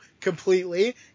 completely